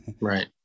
right